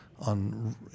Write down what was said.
on